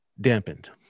dampened